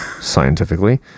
scientifically